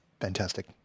Fantastic